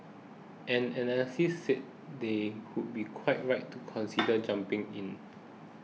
and analysts say they would be quite right to consider jumping in